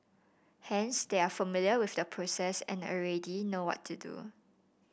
hence they are familiar with the process and already know what to do